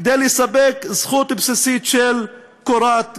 כדי לספק זכות בסיסית של קורת גג.